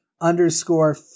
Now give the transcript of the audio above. underscore